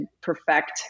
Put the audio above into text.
perfect